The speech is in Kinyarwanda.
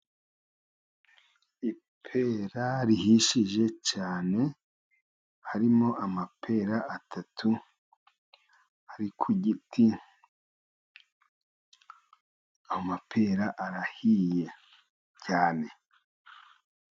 Ipera rihishije cyane, harimo amapera atatu ari ku giti, amapera arahiye cyane.